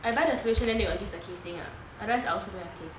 I buy the solution then they got give the casing lah otherwise I also don't have case